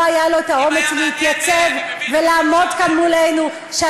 לא היה לו האומץ להתייצב ולעמוד כאן מולנו.